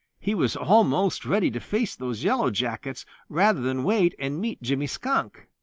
he was almost ready to face those yellow jackets rather than wait and meet jimmy skunk.